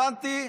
הבנתי,